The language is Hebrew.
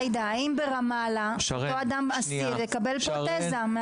עאידה, ברמאללה הוא יקבל פרוטזה?